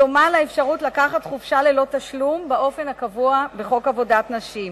דומה לאפשרות לקחת חופשה ללא תשלום באופן הקבוע בחוק עבודת נשים.